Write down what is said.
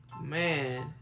Man